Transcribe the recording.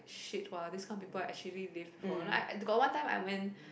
!shit! !wah! this kind of people are actually they like got one time I went